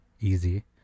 easy